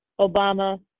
Obama